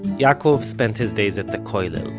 yaakov spent his days at the koilel,